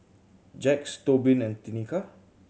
Jax Tobin and Tenika